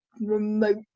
remote